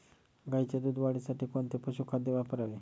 गाईच्या दूध वाढीसाठी कोणते पशुखाद्य वापरावे?